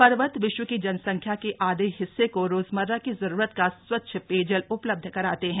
पर्वत विश्व की जनसंख्या के आधे हिस्से को रोजमर्रा की जरूरत का स्वच्छ पेयजल उपलब्ध कराते हैं